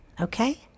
Okay